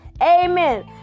Amen